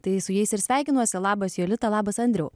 tai su jais ir sveikinuosi labas jolita labas andriau